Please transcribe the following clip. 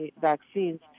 vaccines